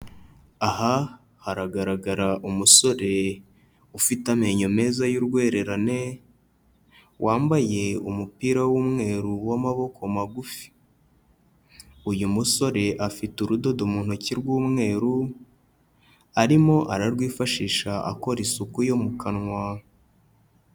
Aha haragaragara umusore ufite amenyo meza y'urwererane, wambaye umupira w'umweru w'amaboko magufi. Uyu musore afite urudodo mu ntoki rw'umweru arimo ararwifashisha akora isuku yo mu kanwa.